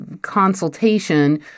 consultation